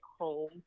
home